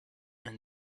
and